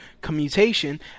commutation